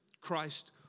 Christ